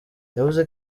yavuze